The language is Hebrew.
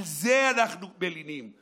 על זה אנחנו מלינים.